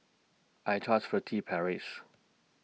I Trust Furtere Paris